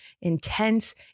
intense